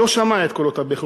לא שמע את קולות הבכי,